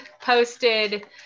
posted